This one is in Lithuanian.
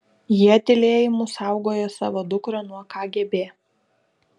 jie tylėjimu saugojo savo dukrą nuo kgb